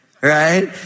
right